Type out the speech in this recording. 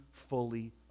fully